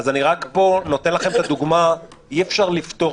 אני נותן לכם דוגמה לזה שאי-אפשר לפתור